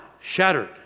shattered